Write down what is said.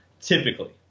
typically